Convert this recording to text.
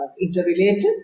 interrelated